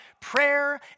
prayer